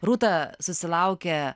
rūta susilaukė